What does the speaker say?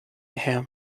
her